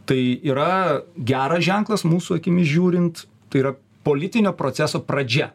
tai yra geras ženklas mūsų akimis žiūrint tai yra politinio proceso pradžia